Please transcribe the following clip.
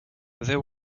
there